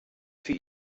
für